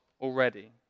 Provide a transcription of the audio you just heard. already